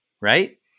right